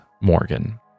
Morgan